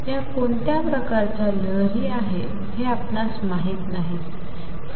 या कोणत्या प्रकारच्या लहरीं आहेत हे आपणास माहित नाही